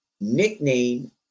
nickname